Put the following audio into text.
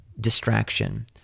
distraction